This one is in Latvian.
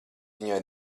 viņai